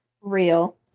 Real